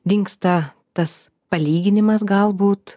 dingsta tas palyginimas galbūt